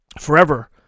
Forever